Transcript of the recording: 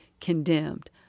condemned